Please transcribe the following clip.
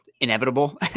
Inevitable